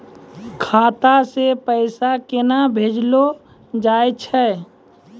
खाता से पैसा केना भेजलो जाय छै?